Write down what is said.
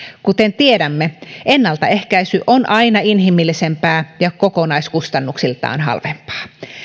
kuten tiedämme ennaltaehkäisy on aina inhimillisempää ja kokonaiskustannuksiltaan halvempaa